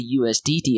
USDT